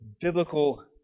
biblical